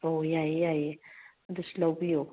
ꯑꯣ ꯌꯥꯏꯌꯦ ꯌꯥꯏꯌꯦ ꯑꯗꯨꯁꯨ ꯂꯧꯕꯤꯌꯨ